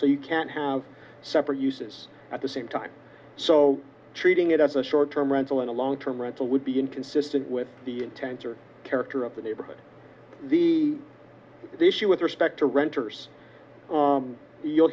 so you can have separate uses at the same time so treating it as a short term rental in a long term rental would be inconsistent with the intent or character of the neighborhood the issue with respect to renters you'll